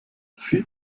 sie